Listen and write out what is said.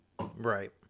Right